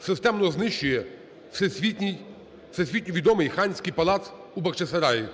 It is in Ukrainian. системно знищує всесвітньовідомий Ханський палац у Бахчисараї.